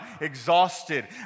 exhausted